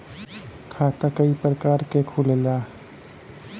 खाता क प्रकार के खुलेला?